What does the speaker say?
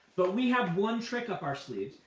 but we have one trick up our sleeves,